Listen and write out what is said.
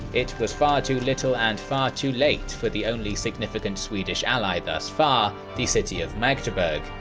it was far too little and far too late for the only significant swedish ally thus far, the city of magdeburg,